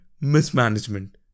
mismanagement